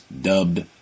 dubbed